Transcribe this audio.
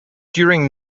during